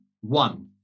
one